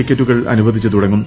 ടിക്കറ്റുകൾ അനുവദിച്ചു തുടങ്ങും